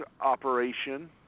operation